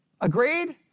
Agreed